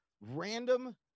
random